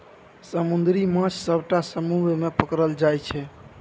समुद्री माछ सबटा समुद्र मे पकरल जाइ छै